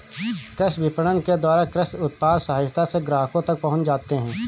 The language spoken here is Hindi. कृषि विपणन के द्वारा कृषि उत्पाद सहजता से ग्राहकों तक पहुंच जाते हैं